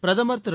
பிரதமர் திரு